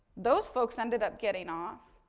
those folks ended up getting off,